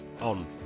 on